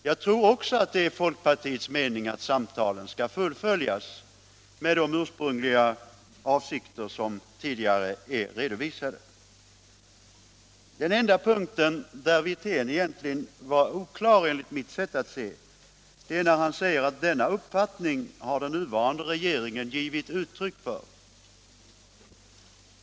Jag tror också att det är folkpartiets mening att samtalen skall fullföljas med de ursprungliga avsikter som tidigare är redovisade. Den enda punkt där herr Wirtén enligt mitt sätt att se egentligen är oklar är när han säger att denna uppfattning har den nuvarande regeringen givit uttryck åt.